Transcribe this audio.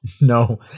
no